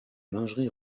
lingerie